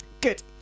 Good